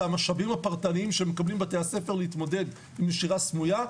זה המשאבים הפרטניים שמקבלים בתי-הספר להתמודד עם נשירה סמויה,